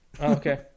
Okay